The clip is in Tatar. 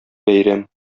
бәйрәм